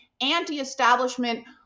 anti-establishment